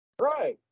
Right